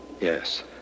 Yes